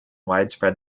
widespread